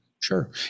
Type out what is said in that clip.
sure